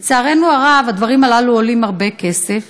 לצערנו הרב, הדברים הללו עולים הרבה כסף,